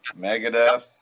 Megadeth